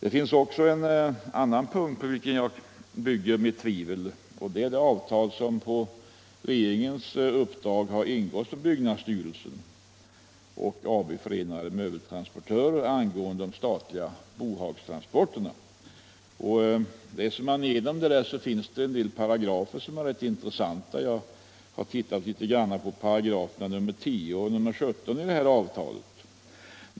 En annan punkt på vilken jag bygger mitt tvivel gäller det avtal som på regeringens uppdrag har ingåtts mellan byggnadsstyrelsen och AB Förenade Möbeltransportörer angående de statliga bohagstransporterna. Läser man igenom det finner man en del paragrafer som är rätt intressanta. Jag har sett litet på paragraferna 10 och 17 i detta avtal.